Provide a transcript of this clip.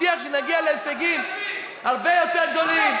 אני מבטיח שנגיע להישגים הרבה יותר גדולים.